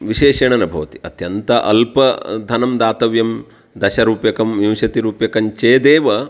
विशेषेण न भवति अत्यन्तम् अल्पधनं दातव्यं दशरूप्यकं विंशतिरूप्यकञ्चेदेव